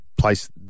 place